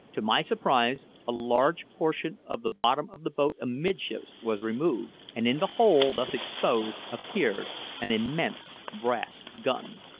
to my surprise, a large portion of the bottom of the boat amidships was removed, and in the hole thus exposed appeared an immense brass gun.